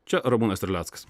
čia ramūnas terleckas